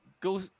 go